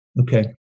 Okay